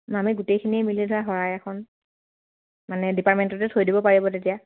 আমি গোটেইখিনিয় মিলি ধৰা শৰাই এখন মানে ডিপাৰ্টমেণ্টতে থৈ দিব পাৰিব তেতিয়া